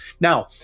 Now